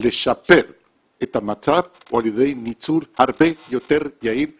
לשפר את המצב היא על ידי ניצול הרבה יותר יעיל בקיים.